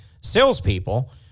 salespeople